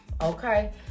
Okay